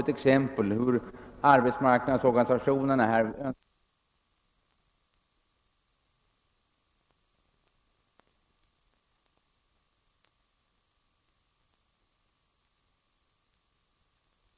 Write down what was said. Jag upprepar att det kan synas som om denna fråga är ganska ringa, men den är inte liten ur principiell synpunkt. Jag hoppas att vi skall få ett bättre klarläggande än av utskottsmajoriteten, som — det måste jag till min ledsnad säga — inte har sagt ett enda ord som saklig motivering för sin ståndpunkt. Med dessa ord, ber jag, herr talman, att få yrka bifall till reservationerna 1 a och 4.